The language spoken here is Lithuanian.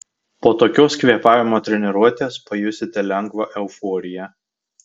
po tokios kvėpavimo treniruotės pajusite lengvą euforiją